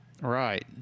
Right